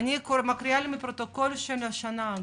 אני מקריאה מפרוטוקול מהשנה: